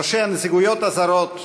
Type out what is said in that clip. ראשי הנציגויות הזרות,